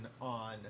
on